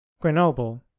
Grenoble